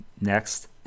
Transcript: Next